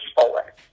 forward